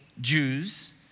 Jews